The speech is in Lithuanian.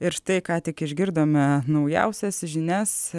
ir štai ką tik išgirdome naujausias žinias